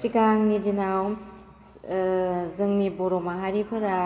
सिगांनि दिनाव जोंनि बर' माहारिफोरा